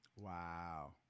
Wow